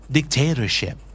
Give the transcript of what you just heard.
Dictatorship